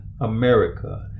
America